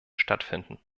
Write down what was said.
stattfinden